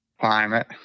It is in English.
Climate